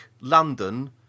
London